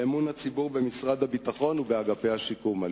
באמון הציבור במשרד הביטחון ובאגפי השיקום.